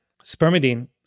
spermidine